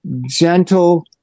gentle